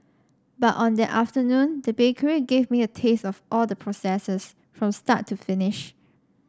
but on that afternoon the bakery gave me a taste of all the processes from start to finish